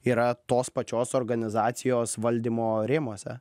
yra tos pačios organizacijos valdymo rėmuose